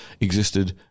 existed